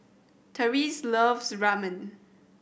Tyrese loves Ramen